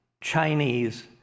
Chinese